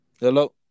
Hello